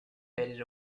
faded